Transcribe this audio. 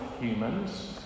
humans